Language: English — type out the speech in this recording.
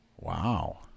Wow